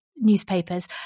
newspapers